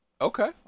okay